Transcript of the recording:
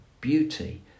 beauty